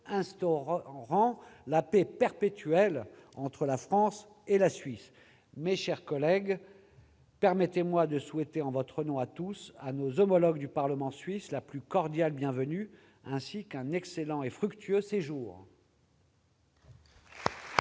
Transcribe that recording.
instaurant la « paix perpétuelle » entre la France et la Suisse. Mes chers collègues, permettez-moi de souhaiter, en votre nom à tous, à nos homologues du Parlement suisse la plus cordiale bienvenue, ainsi qu'un excellent et fructueux séjour.